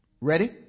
Ready